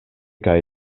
kaj